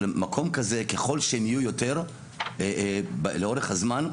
ככל שהם יהיו יותר לאורך הזמן,